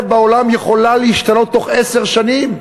בעולם יכולה להשתנות בתוך עשר שנים.